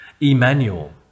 Emmanuel